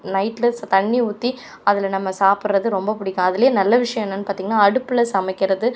நைட்டில் ஸ் தண்ணி ஊற்றி அதில் நம்ம சாப்புடறது ரொம்ப பிடிக்கும் அதில் நல்ல விஷயம் என்னென்னு பார்த்தீங்கன்னா அடுப்பில் சமைக்கிறது